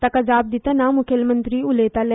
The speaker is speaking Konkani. ताका जाप दितना मुखेलमंत्री उलयताले